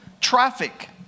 traffic